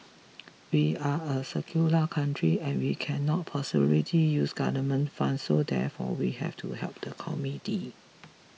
we are a secular country and we cannot possibility use government funds so therefore we have to help the community